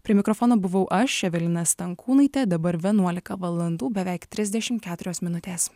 prie mikrofono buvau aš evelina stankūnaitė dabar vienuolika valandų beveik trisdešim keturios minutės